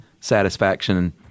Satisfaction